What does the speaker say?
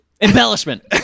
Embellishment